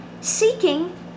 seeking